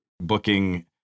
booking